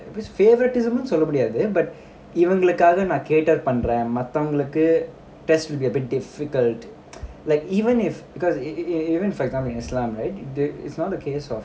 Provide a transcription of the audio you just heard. it was favoritism னுசொல்லமுடியாதுஇவங்களுக்காகநான்கேட்டதுபண்ணறேன்மத்தவங்களுக்கு:nu solla mudiyadhum ivangalukka naan kettadhu pannaren matthavangallukku but even islam press will be a bit difficult like even if because e~ e~ e~ even for example in islam right th~ it's not the case of